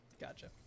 Gotcha